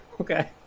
Okay